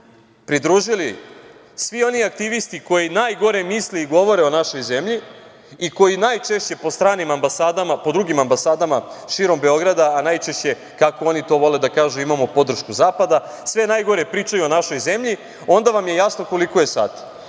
pridružili svi oni aktivisti koji najgore misle i govore o našoj zemlji i koji, najčešće po stranim ambasadama, po drugim ambasadama širom Beograda, a najčešće kako oni to vele da kažu „imamo podršku Zapada“, sve najgore pričaju o našoj zemlji, onda vam je jasno koliko je